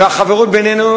והחברות בינינו,